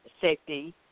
safety